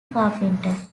carpenter